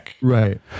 Right